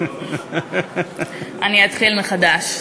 אני אתחיל מחדש.